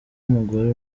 umugore